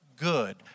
good